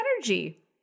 energy